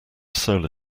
solar